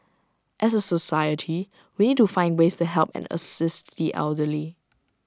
as A society we need to find ways to help and assist the elderly